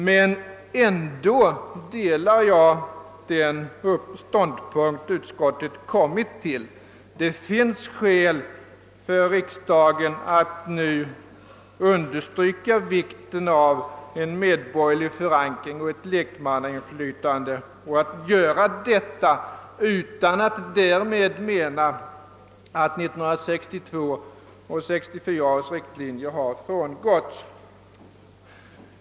Men jag delar ändå den uppfattning utskottet kommit till. Riksdagen har anledning att nu understryka vikten av en medborgerlig förankring och ett lekmannainflytande utan att därmed mena att 1962 och 1964 års riktlinjer skulle ha frångåtts.